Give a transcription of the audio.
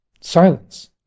silence